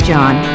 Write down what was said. John